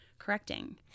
correcting